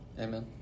Amen